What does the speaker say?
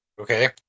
Okay